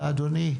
אתה, אדוני?